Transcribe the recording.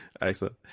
Excellent